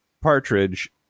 Partridge